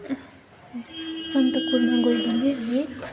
सन्दकपूमा गयौँ भने हामी